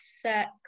sex